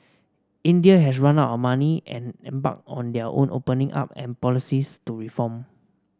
India had run out of money and embarked on their own opening up and policies to reform